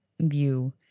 view